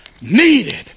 needed